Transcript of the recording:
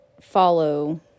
follow